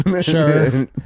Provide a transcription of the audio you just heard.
Sure